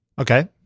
Okay